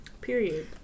Period